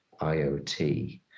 IoT